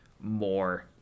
more